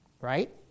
Right